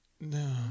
No